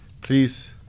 Please